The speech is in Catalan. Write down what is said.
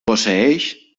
posseeix